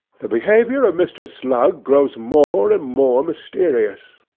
the behaviour of mr. slug grows more and more mysterious.